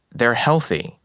they're healthy.